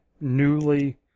newly